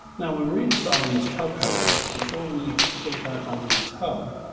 now, when reinstalling this tub cover, before we put it back on the tub,